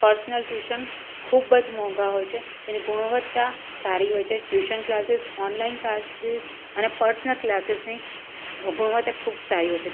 personal tuition ખૂબ જ મોંઘા હોય છે એની ગુણવત્તા સારી હોય છે ટ્યૂશન ક્લાસીસ ઓનલાઈન ક્લાસીસ અને પર્સનલ ક્લાસીસની ગુણવત્તા ખૂબ સારી હોય છે